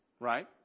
right